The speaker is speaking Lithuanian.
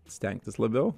stengtis labiau